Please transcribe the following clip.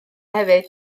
hefyd